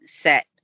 set